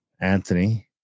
Anthony